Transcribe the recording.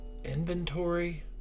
inventory